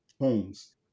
homes